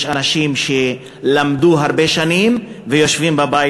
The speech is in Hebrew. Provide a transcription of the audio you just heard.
יש אנשים שלמדו הרבה שנים ויושבים בבית,